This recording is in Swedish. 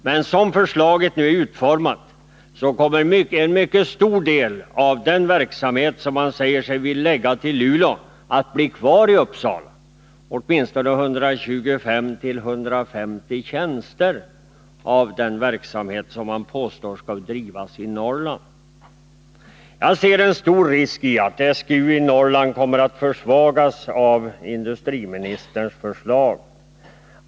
Men som förslaget nu är utformat kommer en mycket stor del av den verksamhet som man säger sig vilja förlägga till Luleå att bli kvar i Uppsala — åtminstone 125-150 tjänster av den verksamhet som man påstår skall bedrivas i Norrland. Jag ser en stor risk i att SGU i Norrland kommer att försvagas av industriministerns förslag.